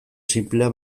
sinplea